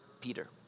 Peter